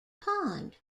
pond